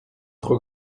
trop